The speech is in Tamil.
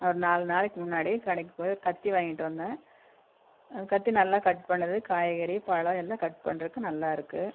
அது ஒரு நாலு நாளைக்கு முன்னாடி கடைக்கு போய் கத்தி வாங்கிட்டு வந்தேன் அது கத்தி நல்லா கட் பண்ணது காய்கறி பழம் எல்லாம் கட் பண்றதுக்கு நல்லா இருக்கு